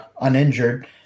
uninjured